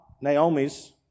Naomi's